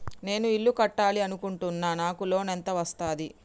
నేను ఇల్లు కట్టాలి అనుకుంటున్నా? నాకు లోన్ ఎంత వస్తది?